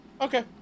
Okay